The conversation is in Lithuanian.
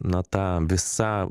na ta visa